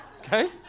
Okay